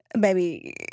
Baby